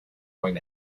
going